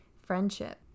friendship